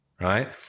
right